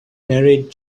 married